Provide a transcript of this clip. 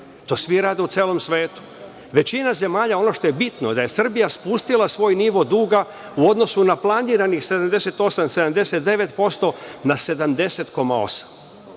svi rade u celom svetu. Većina zemalja, ono što je bitno, da je Srbija spustila svoj nivo duga u odnosu na planiranih 78, 79% ma 70,8%.